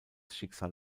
schicksal